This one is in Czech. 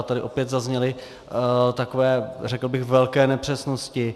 Tady opět zazněly takové, řekl bych, velké nepřesnosti.